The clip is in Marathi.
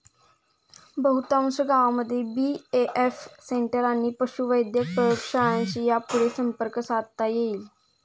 बहुतांश गावांमध्ये बी.ए.एफ सेंटर आणि पशुवैद्यक प्रयोगशाळांशी यापुढं संपर्क साधता येईल